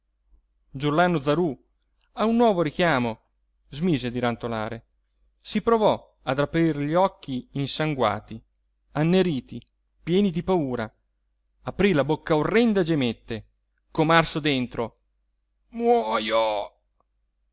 stropicciarsi giurlannu zarú a un nuovo richiamo smise di rantolare si provò ad aprir gli occhi insanguati anneriti pieni di paura aprí la bocca orrenda e gemette com'arso dentro muojo